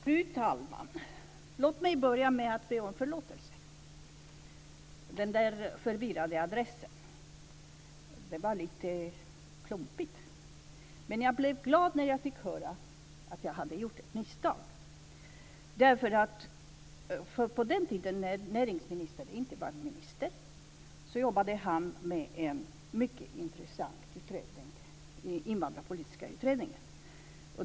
Fru talman! Låt mig börja med att be om förlåtelse för den förvirrade adressen. Det var lite klumpigt. Men jag blev glad när jag fick höra att jag hade gjort ett misstag. På den tiden då näringsministern inte var minister jobbade han med en mycket intressant utredning, Invandrarpolitiska utredningen.